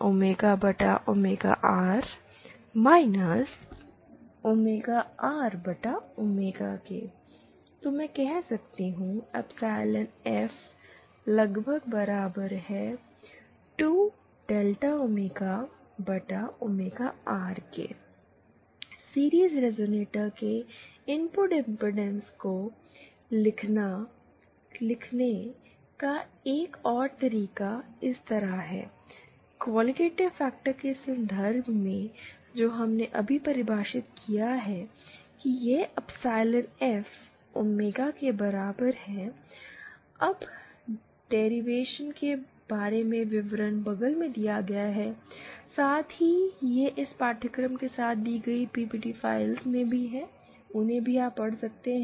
ZT RT 1jQLf f r r f2 r series resonator के input impedance को लिखने का एक और तरीका इस तरह से है क्वालिटेटिव फैक्टर के संदर्भ में जो हमने अभी परिभाषित किया है कि यह एप्सिलॉन एफ ओमेगा के बराबर है अब डेरिवेशन के बारे में विवरण बगल में दिया गया है साथ ही यह इस पाठ्यक्रम के साथ दी गई पीपीटी फाइलों में है उन्हें भी आप पढ़ सकते हैं